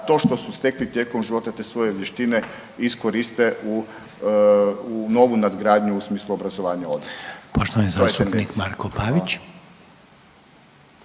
to što su stekli tijekom života te svoje vještine iskoriste u novu nadgradnju u smislu obrazovanja odraslih.